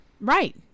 Right